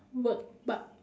work but